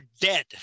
dead